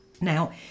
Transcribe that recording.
Now